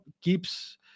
keeps